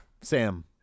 Sam